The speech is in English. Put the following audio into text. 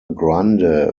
grande